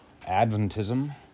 Adventism